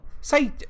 say